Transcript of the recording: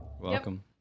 Welcome